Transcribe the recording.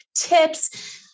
tips